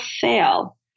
fail